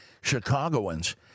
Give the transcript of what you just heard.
Chicagoans